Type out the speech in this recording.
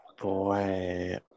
boy